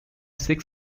six